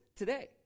today